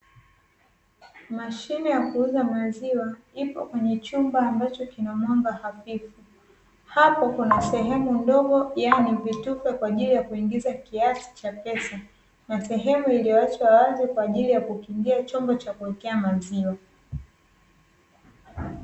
Mashine ya kuuza maziwa ipo kwenye chumba ambacho kina mwanga hafifu, hapo kuna sehemu ndogo yaani vitufe kwa ajili ya kuingiza kiasi cha pesa, na sehemu iliyoachwa wazi kwa ajili ya kukingia chombo cha kuwekea maziwa.